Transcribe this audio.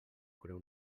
creu